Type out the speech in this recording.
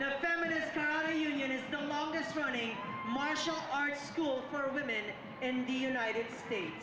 of union is the longest running martial arts school for women in the united states